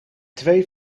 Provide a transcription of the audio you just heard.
twee